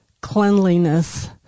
cleanliness